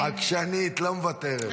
עקשנית, לא מוותרת.